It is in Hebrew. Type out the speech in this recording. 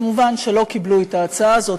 מובן שלא קיבלו את ההצעה הזאת,